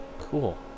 Cool